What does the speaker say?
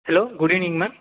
hello good evening ma'am